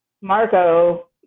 Marco